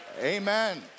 Amen